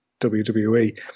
WWE